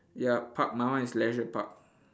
yup park my one is leisure park